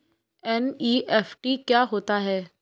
NEFT क्या होता है?